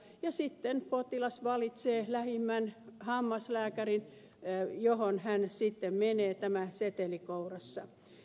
sitten potilas valitsee lähimmän hammaslääkärin johon hän sitten menee tämä seteli kourassaan